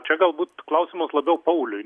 čia galbūt klausimas labiau pauliui